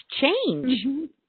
change